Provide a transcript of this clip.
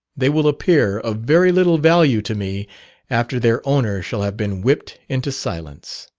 they will appear of very little value to me after their owner shall have been whipt into silence.